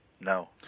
No